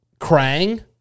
Krang